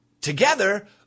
together